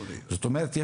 זאת אומרת,